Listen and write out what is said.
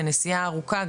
לנסיעה ארוכה,